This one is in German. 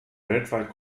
weltweit